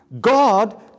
God